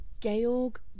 georg